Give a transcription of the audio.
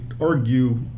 argue